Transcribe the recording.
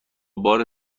بار